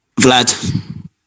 vlad